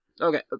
okay